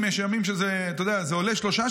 יש ימים שהוא מוכר את זה ב-3 שקלים,